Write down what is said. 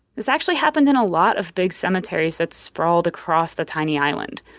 this actually happened in a lot of big cemeteries that sprawled across the tiny island.